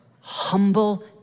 humble